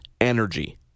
energy